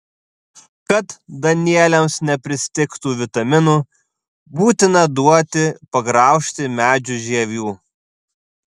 kad danieliams nepristigtų vitaminų būtina duoti pagraužti medžių žievių